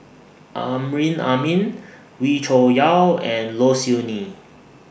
Amrin Amin Wee Cho Yaw and Low Siew Nghee